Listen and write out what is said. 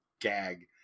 gag